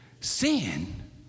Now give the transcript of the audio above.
sin